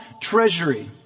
treasury